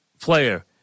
player